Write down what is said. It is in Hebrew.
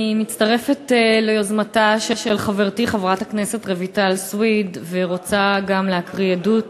אני מצטרפת ליוזמתה של חברתי חברת הכנסת רויטל סויד ורוצה להקריא עדות.